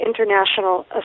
International